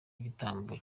igitambo